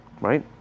right